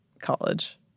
college